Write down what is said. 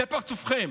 זה פרצופכם.